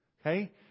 Okay